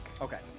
Okay